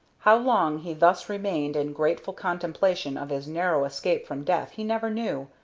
how long he thus remained in grateful contemplation of his narrow escape from death he never knew,